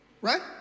Right